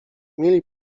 mieli